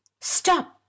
Stop